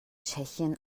tschechien